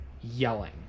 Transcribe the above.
yelling